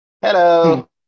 hello